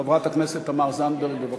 חברת הכנסת תמר זנדברג, בבקשה.